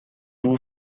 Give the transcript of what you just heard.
two